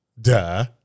Duh